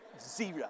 Zero